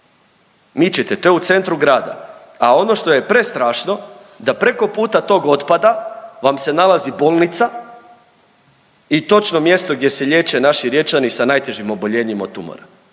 Mičite to je u centru grada. A ono što je prestrašno da preko puta tog otpada vam se nalazi bolnica i točno mjesto gdje se liječe naši Riječani sa najtežim oboljenjima od tumora.